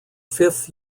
fifth